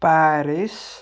Paris